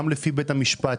גם לפי בית המשפט,